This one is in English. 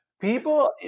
People